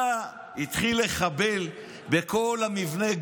הוא בא והתחיל לחבל בכל המבנה,